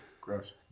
Gross